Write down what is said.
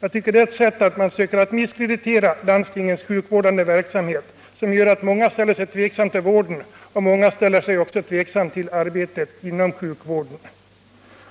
Jag tycker att det är ett sätt att försöka misskreditera landstingens sjukvårdande verksamhet som medför att många ställer sig tveksamma till vården. Många ställer sig också tveksamma till arbete inom sjukvården.